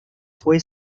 fue